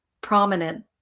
prominent